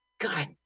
God